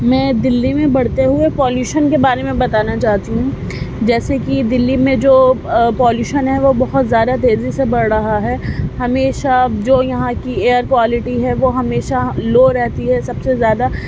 میں دلی میں بڑھتے ہوئے پالیوشن کے بارے میں بتانا چاہتی ہوں جیسے کہ دلی میں جو پالیوشن ہے وہ بہت زیادہ تیزی سے بڑھ رہا ہے ہمشیہ جو یہاں کی ایئر کوالیٹی ہے وہ ہمیشہ لو رہتی ہے سب سے زیادہ